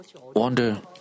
wonder